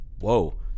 Whoa